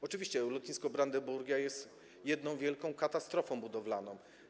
Oczywiście lotnisko Brandenburgia jest jedną, wielką katastrofą budowlaną.